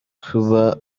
cuba